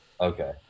Okay